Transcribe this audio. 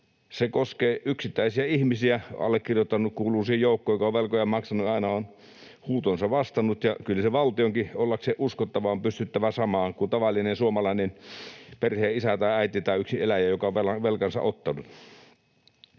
Se koskee yksittäisiä ihmisiä, allekirjoittanut kuuluu siihen joukkoon, joka on velkojaan maksanut, aina on huutoon vastannut, ja kyllä valtionkin ollakseen uskottava on pystyttävä samaan kuin tavallinen suomalainen perheenisä tai ‑äiti tai yksineläjä, joka on velkansa ottanut.